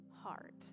heart